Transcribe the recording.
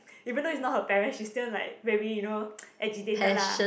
even though is not her parent she still like very you know agitated lah